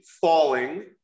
falling